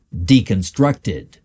deconstructed